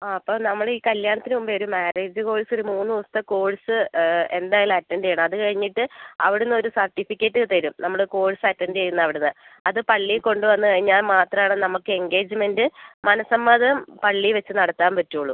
ആ അപ്പം നമ്മൾ ഈ കല്ല്യാണത്തിന് മുമ്പേ ഈ മാര്യേജ് കോഴ്സ് ഒരു മൂന്ന് ദിവസത്തെ കോഴ്സ് എന്തായാലും അറ്റൻഡ് ചെയ്യണം അത് കഴിഞ്ഞിട്ട് അവിടുന്ന് ഒരു സർട്ടിഫിക്കറ്റ് തരും നമ്മൾ കോഴ്സ് അറ്റൻഡ് ചെയ്യുന്ന അവിടുന്ന് അത് പള്ളിയിൽ കൊണ്ട് വന്ന് കഴിഞ്ഞാൽ മാത്രമാണ് നമുക്ക് എൻഗേജ്മെൻറ്റ് മനസ്സമ്മതം പള്ളിയിൽ വച്ച് നടത്താൻ പറ്റുള്ളൂ